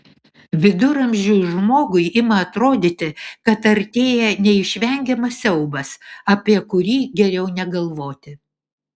viduramžiui žmogui ima atrodyti kad artėja neišvengiamas siaubas apie kurį geriau negalvoti